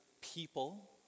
people